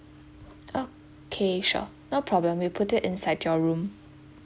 okay sure no problem we'll put it inside your room